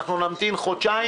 אנחנו נמתין חודשיים.